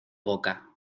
boca